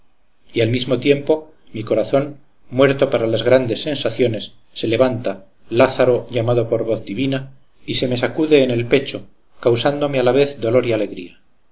y al mismo tiempo mi corazón muerto para las grandes sensaciones se levanta lázaro llamado por voz divina y se me sacude en el pecho causándome a la vez dolor y alegría